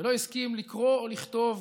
לא הסכים לקרוא ולכתוב